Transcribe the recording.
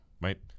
right